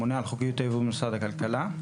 הממונה על חוקיות היבוא במשרד הכלכלה.